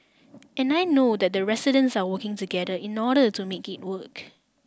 and I know that the residents are working together in order to make it work